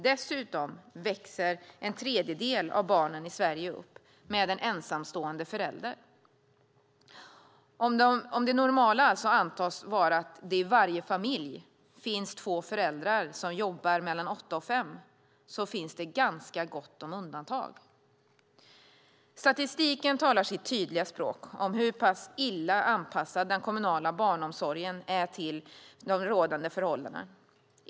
Dessutom växer en tredjedel av barnen i Sverige i dag upp med ensamstående föräldrar. Om det normala alltså antas vara att det i varje familj finns två föräldrar som jobbar mellan åtta och fem finns det ganska gott om undantag. Statistiken talar sitt tydliga språk om hur pass illa anpassad den kommunala barnomsorgen är till de rådande förhållandena.